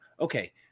Okay